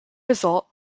result